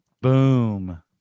Boom